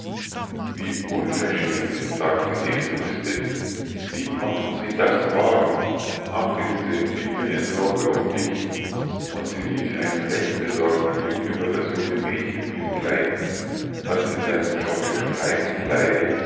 wie unverschämt sagte sie entrüstet wie konnten sie das wagen ach ilse ich bin in sorge um dich und sie ließ einen recht besorgten blick über das junge mädchen hingleiten das in seinem schottischen